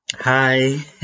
Hi